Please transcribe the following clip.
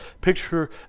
picture